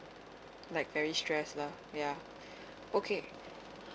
like very stress lah ya okay